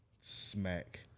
smack